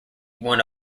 one